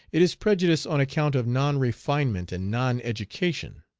it is prejudice on account of non-refinement and non-education.